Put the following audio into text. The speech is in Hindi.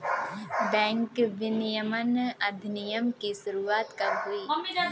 बैंक विनियमन अधिनियम की शुरुआत कब हुई?